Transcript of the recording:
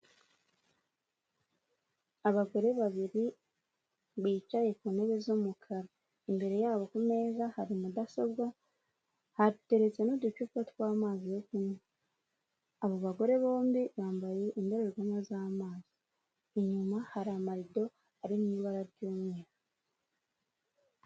Abagore babiri bicaye ku ntebe z'umukara imbere yabo ku meza hari mudasobwa, hateretse n'uducupa tw'amazi yo kunywa, abo bagore bombi bambaye indorerwamo z'amaso, inyuma hari amarido ari mu ibara ry'umweru.